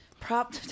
Prop